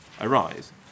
arise